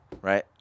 right